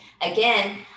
again